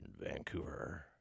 Vancouver